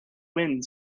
wind